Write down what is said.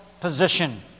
position